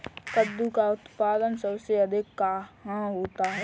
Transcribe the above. कद्दू का उत्पादन सबसे अधिक कहाँ होता है?